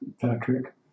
Patrick